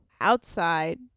outside